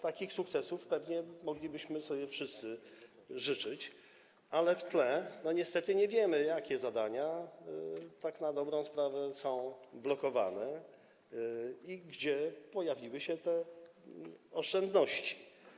Takich sukcesów pewnie moglibyśmy sobie wszyscy życzyć, ale niestety nie wiemy, jakie zadania tak na dobrą sprawę są blokowane i gdzie pojawiły się te oszczędności.